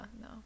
no